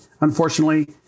unfortunately